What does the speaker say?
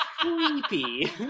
creepy